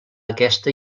aquesta